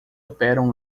operam